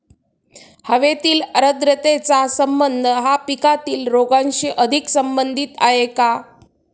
हवेतील आर्द्रतेचा संबंध हा पिकातील रोगांशी अधिक संबंधित आहे का?